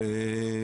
בזום.